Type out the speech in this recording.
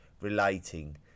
relating